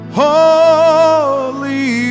holy